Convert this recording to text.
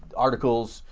articles.